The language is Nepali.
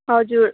हजुर